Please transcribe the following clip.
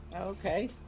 Okay